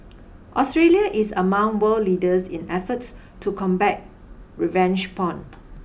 Australia is among world leaders in efforts to combat revenge porn